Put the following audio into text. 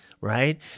right